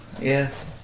Yes